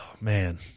man